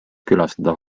külastada